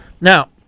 Now